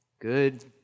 good